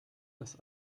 das